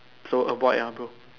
so avoid ah bro